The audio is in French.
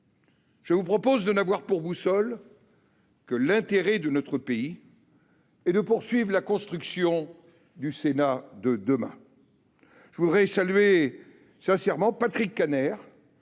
Je vous propose de n’avoir pour boussole que l’intérêt de notre pays et de poursuivre la construction du Sénat de demain. Je salue sincèrement Patrick Kanner,